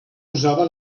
usava